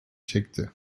çekti